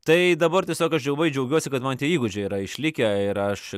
tai dabar tiesiog aš labai džiaugiuosi kad man tie įgūdžiai yra išlikę ir aš